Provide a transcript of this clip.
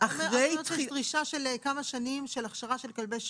את אומרת שדרישה של כמה שנים של הכשרה של כלבי שירות.